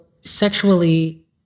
sexually